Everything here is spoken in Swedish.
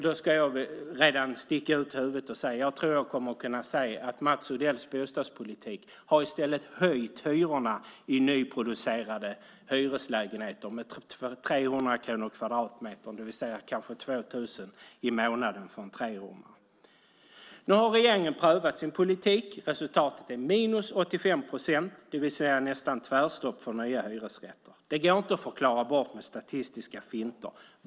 Då ska jag sticka ut huvudet, och jag tror att jag kommer att kunna säga att Mats Odells bostadspolitik i stället har höjt hyrorna i nyproducerade hyreslägenheter med 300 kronor kvadratmetern, det vill säga kanske 2 000 kronor i månaden för en trerummare. Nu har regeringen prövat sin politik. Resultatet är minus 85 procent, det vill säga nästan tvärstopp för nya hyresrätter. Det går inte att förklara bort med statistiska finter.